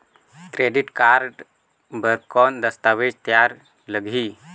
Credit card बर कौन दस्तावेज तैयार लगही?